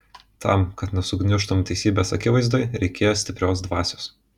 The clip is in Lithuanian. tam kad nesugniužtum teisybės akivaizdoj reikėjo stiprios dvasios